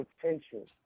potential